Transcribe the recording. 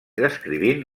descrivint